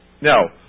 Now